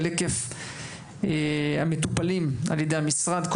על היקף המטופלים על ידי המשרד,